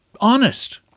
honest